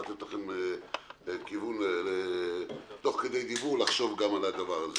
לתת לכם תוך כדי דיבור לחשוב גם על זה.